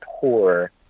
poor